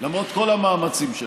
למרות כל המאמצים שלכם.